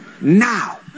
Now